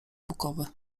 bukowy